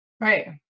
right